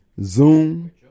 Zoom